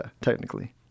technically